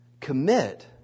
Commit